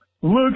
Look